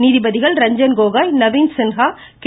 நீதிபதிகள் ரஞ்சன் கோகோய் நவீன் சின்ஹா கே